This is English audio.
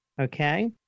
okay